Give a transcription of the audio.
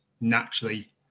naturally